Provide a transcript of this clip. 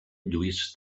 lluís